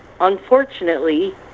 unfortunately